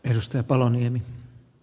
elstä palanneen